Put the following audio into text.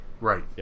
Right